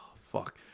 fuck